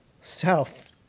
south